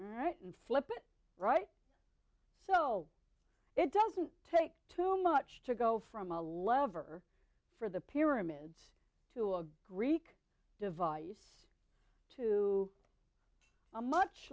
right and flip it right so it doesn't take too much to go from a lever for the pyramids to a greek device to a much